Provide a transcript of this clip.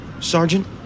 Sergeant